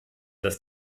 dass